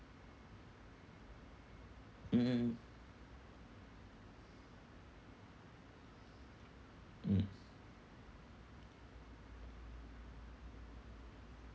mm mm mm mm